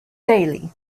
daily